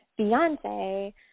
Beyonce